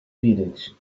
village